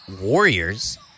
Warriors